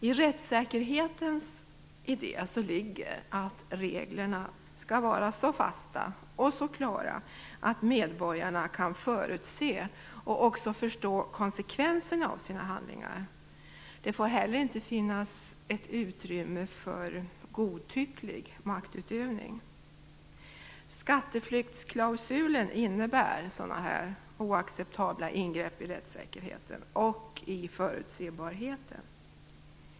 I rättssäkerhetens idé ligger att regler skall vara så fasta och så klara att medborgarna kan förutse och förstå konsekvenserna av sina handlingar. Det får heller inte finnas utrymme för en godtycklig maktutövning. Skatteflyktsklausulen innebär sådana oacceptabla ingrepp i rättssäkerheten och förutsebarheten.